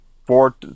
four